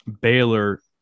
Baylor –